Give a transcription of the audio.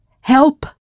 help